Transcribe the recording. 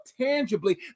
tangibly